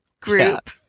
group